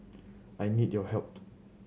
I need your help